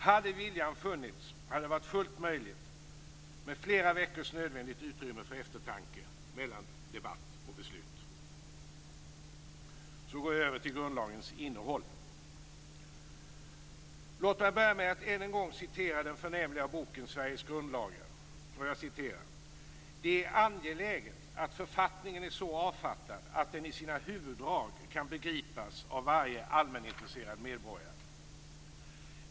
Hade viljan funnits hade det varit fullt möjligt med flera veckors nödvändigt utrymme för eftertanke mellan debatt och beslut. Därefter går jag över till grundlagens innehåll. Låt mig börja med att än en gång citera ur den förnämliga boken Sveriges grundlagar: "Det är angeläget att författningen är så avfattad att den i sina huvuddrag kan begripas av varje allmänintresserad medborgare."